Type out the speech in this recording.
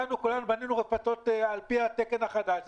בנינו רפתות על פי התקן החדש,